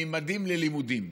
"ממדים ללימודים".